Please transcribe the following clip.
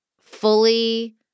fully